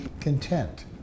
content